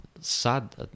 sad